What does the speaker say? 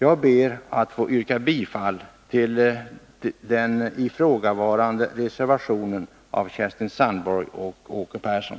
Jag ber att få yrka bifall till reservation 2 av Kerstin Sandborg och Åke Persson.